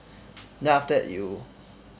then after that you